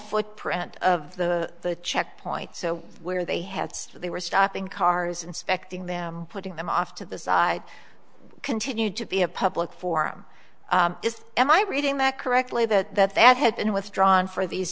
footprint of the checkpoint so where they had they were stopping cars inspecting them putting them off to the side continued to be a public forum is am i reading that correctly that that ad had been withdrawn for these